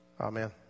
Amen